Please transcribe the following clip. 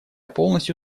полностью